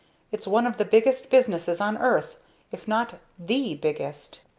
it's one of the biggest businesses on earth if not the biggest!